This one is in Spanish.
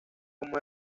como